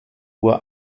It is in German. uhr